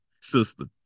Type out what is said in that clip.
sister